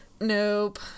nope